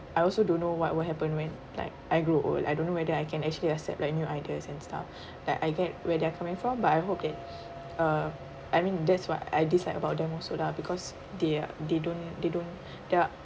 I also don't know what will happen when like I grow old I don't know whether I can actually accept like new ideas and stuff like I get where they are coming from but I hope that uh I mean that's what I dislike about them also lah because they are they don't they don't they are